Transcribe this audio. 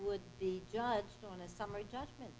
would be judged on a summary judgment